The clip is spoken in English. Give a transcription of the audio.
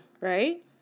right